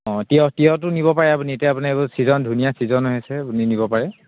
অঁ তিয়হ তিয়হটো নিব পাৰে আপুনি এতিয়া আপুনি এইবোৰ ছিজন ধুনীয়া ছিজন হৈ আছে আপুনি নিব পাৰে